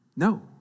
No